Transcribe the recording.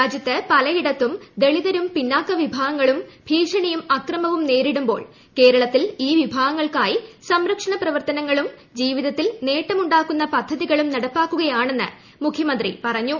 രാജ്യത്ത് പലയിടത്തും ദളിതരും പിന്നാക്ക വിഭാഗങ്ങളും ഭീഷണിയും അക്രമവും നേരിടുമ്പോൾ കേരളത്തിൽ സർക്കാർ ഈ വിഭാഗങ്ങൾക്കായി സംരക്ഷണ പ്രവർത്തനങ്ങളും ജീവിതത്തിൽ നേട്ടമുണ്ടാക്കുന്ന പദ്ധതികളും നടപ്പാക്കുകയാണെന്ന് മുഖൃമന്ത്രി പിണറായി വിജയൻ പറഞ്ഞു